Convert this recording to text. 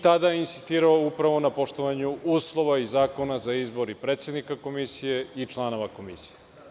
Tada je insistirao upravo na poštovanju uslova i zakona za izbor i predsednika Komisije i članova Komisije.